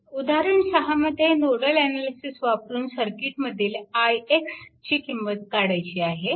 उदाहरण 6 मध्ये nodal analysis वापरून सर्किटमधील ix ची किंमत काढायची आहे